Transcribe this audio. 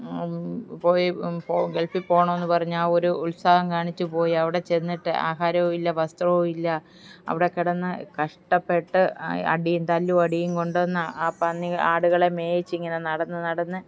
പോയി ഗൾഫിൽ പോണമെന്ന് പറഞ്ഞ ആ ഒരു ഉത്സാഹം കാണിച്ചുപോയി അവിടെ ചെന്നിട്ട് ആഹാരവും ഇല്ല വസ്ത്രവും ഇല്ല അവിടെ കിടന്ന് കഷ്ടപ്പെട്ട് അടിയും തല്ലു അടിയും കൊണ്ട് അന്ന് ആ പന്നി ആടുകളെ മേയ്ച്ചിങ്ങനെ നടന്ന് നടന്ന്